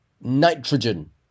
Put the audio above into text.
Nitrogen